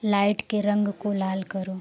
light के रंग को लाल करो